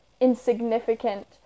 insignificant